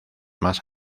más